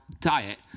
diet